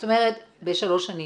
בשלוש שנים,